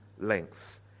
lengths